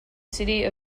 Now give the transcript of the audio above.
city